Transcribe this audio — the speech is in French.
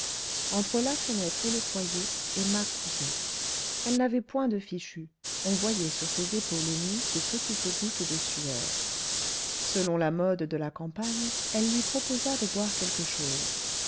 entre la fenêtre et le foyer emma cousait elle n'avait point de fichu on voyait sur ses épaules nues de petites gouttes de sueur selon la mode de la campagne elle lui proposa de boire quelque chose